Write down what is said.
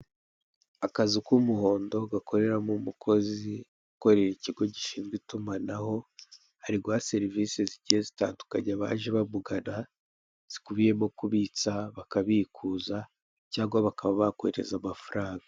Akazu k'umuhondo gakoreramo umukozi ukorera ikigo gishinzwe itumanaho ari guha serivise zigiye zitandukanye abaje bamugana zikubiyemo kubitsa, bakabikuza cyangwa bakaba bakohereza amafaranga.